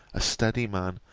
a steady man,